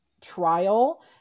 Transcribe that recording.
trial